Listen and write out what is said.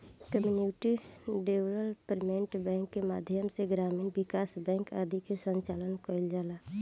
community development bank के माध्यम से ग्रामीण विकास बैंक आदि के संचालन कईल जाला